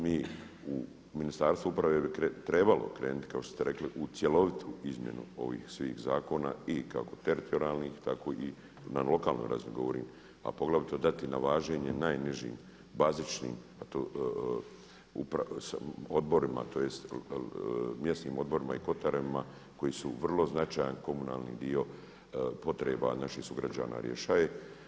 Mi u Ministarstvu uprave je trebalo krenuti kao što ste rekli u cjelovitu izmjenu ovih svih zakona i kako teritorijalnih, tako i na lokalnoj razini govorim, a poglavito dati na važenje najnižim bazičnim odborima, tj. mjesnim odborima i kotarima koji su vrlo značajan komunalni dio potreba naših sugrađana rješaje.